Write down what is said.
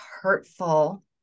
hurtful